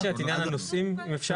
את עניין הנושא אם אפשר.